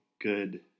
good